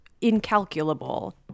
incalculable